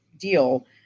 deal